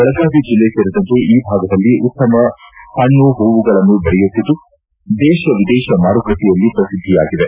ಬೆಳಗಾವಿ ಜಿಲ್ಲೆ ಸೇರಿದಂತೆ ಈ ಭಾಗದಲ್ಲಿ ಉತ್ತಮ ಹಣ್ಣು ಹೂವುಗಳನ್ನು ಬೆಳೆಯುತ್ತಿದ್ದು ದೇಶ ವಿದೇಶ ಮಾರುಕಟ್ಟೆಯಲ್ಲಿ ಪ್ರಸಿದ್ದಿಯಾಗಿವೆ